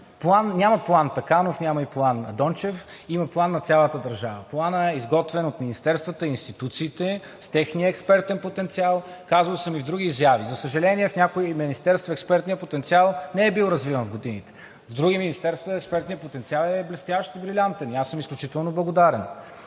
Няма План „Пеканов“, няма и План „Дончев“, има план на цялата държава. Планът е изготвен от министерствата и институциите с техния експертен потенциал. Казвал съм и в други изяви. За съжаление, в някои министерства експертният потенциал не е бил развиван в годините. В други министерства експертният потенциал е блестящ, брилянтен и аз съм изключително благодарен.